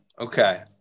Okay